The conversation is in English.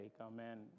amen